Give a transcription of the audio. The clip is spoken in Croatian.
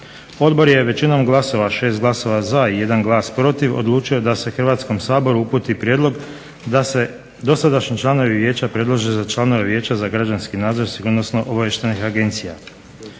Odbor je većinom glasova 6 glasova za i 1 protiv odlučio da se Hrvatskom saboru uputi prijedlog da se dosadašnji članovi vijeća predlože za članove Vijeća za građanski nadzor sigurnosno-obavještajnih agencija.